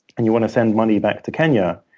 and you want to send money back to kenya,